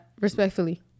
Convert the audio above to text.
respectfully